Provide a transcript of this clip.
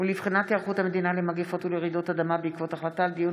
ולבחינת היערכות המדינה למגפות ולרעידות אדמה בעקבות דיון